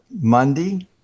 Monday